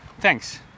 Thanks